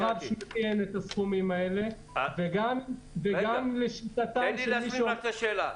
גם ברף שנתי אין הסכומים האלה וגם לשיטתם -- תן לי להשלים את השאלה.